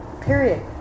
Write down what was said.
Period